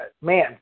man